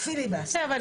פיליבסטר.